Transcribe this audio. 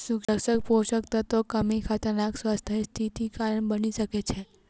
सूक्ष्म पोषक तत्वक कमी खतरनाक स्वास्थ्य स्थितिक कारण बनि सकै छै